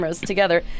together